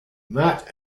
matt